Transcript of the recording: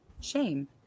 shame